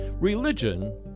Religion